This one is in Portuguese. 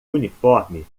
uniforme